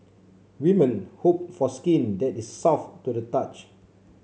women hope for skin that is soft to the touch